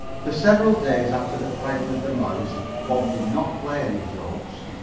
for several days after the prank with the mouse bob did not play any jokes.